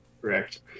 Correct